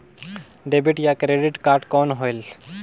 Debit या credit card कौन होएल?